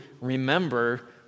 remember